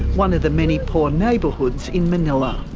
one of the many poor neighbourhoods in manilla.